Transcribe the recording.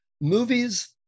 movies